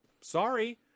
sorry